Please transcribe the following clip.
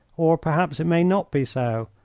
or perhaps it may not be so.